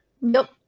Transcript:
Nope